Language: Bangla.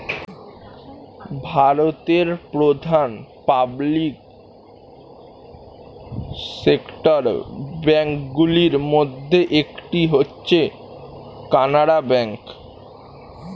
ভারতের প্রধান পাবলিক সেক্টর ব্যাঙ্ক গুলির মধ্যে একটি হচ্ছে কানারা ব্যাঙ্ক